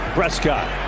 Prescott